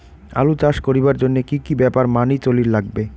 আলু চাষ করিবার জইন্যে কি কি ব্যাপার মানি চলির লাগবে?